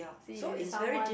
see if it's someone